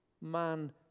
man